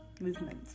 movement